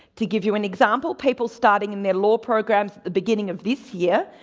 to give you an example, people starting in their law programs at the beginning of this year,